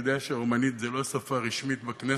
אני יודע שרומנית היא לא שפה רשמית בכנסת,